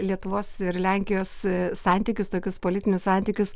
lietuvos ir lenkijos santykius tokius politinius santykius